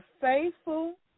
faithful